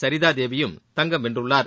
சரிதா தேவி யும் தங்கம் வென்றுள்ளார்